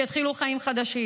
שיתחילו חיים חדשים.